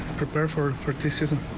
prepare for criticism.